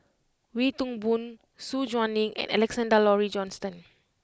Wee Toon Boon Su Guaning and Alexander Laurie Johnston